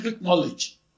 knowledge